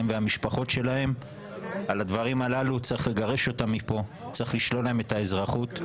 הם והמשפחות שלהם צריך לגרש אותם מפה ולשלול להם את האזרחות.